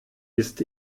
ist